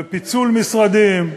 ופיצול משרדים,